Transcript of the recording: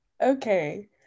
Okay